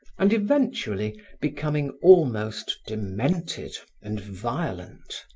and eventually becoming almost demented and violent.